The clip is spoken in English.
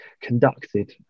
conducted